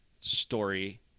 story